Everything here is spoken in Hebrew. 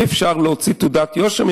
אי-אפשר להוציא תעודת יושר,